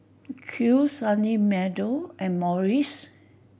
Kiehl's Sunny Meadow and Morries